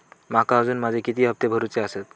माका अजून माझे किती हप्ते भरूचे आसत?